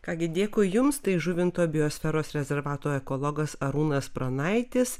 ką gi dėkui jums tai žuvinto biosferos rezervato ekologas arūnas pranaitis